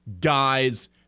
Guys